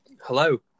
hello